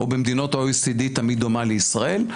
או במדינות ה-OECD תמיד דומה לישראל?